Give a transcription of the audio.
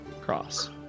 cross